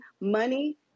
money